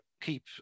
keep